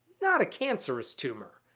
not a cancerous tumor.